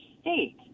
state